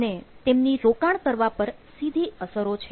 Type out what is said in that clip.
અને તેમની રોકાણ કરવા પર સીધી અસરો છે